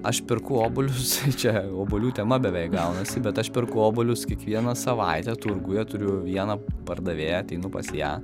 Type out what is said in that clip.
aš perku obuolius čia obuolių tema beveik gaunasi bet aš perku obuolius kiekvieną savaitę turguje turiu vieną pardavėją ateinu pas ją